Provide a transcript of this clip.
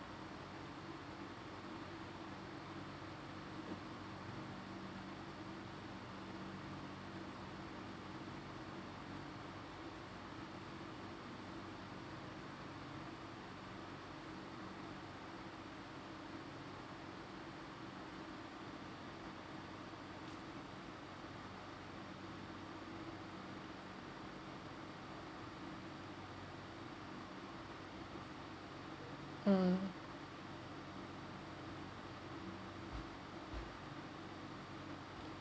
mm